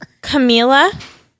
Camila